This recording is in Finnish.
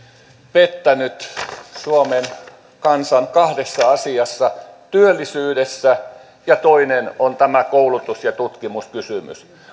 pettänyt suomen kansan kahdessa asiassa työllisyydessä ja toinen on tämä koulutus ja tutkimuskysymys